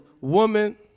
woman